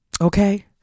okay